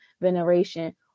veneration